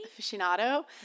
aficionado